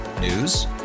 News